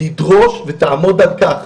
תדרוש ותעמוד על כך